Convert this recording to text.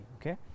okay